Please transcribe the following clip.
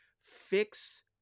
fix